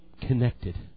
connected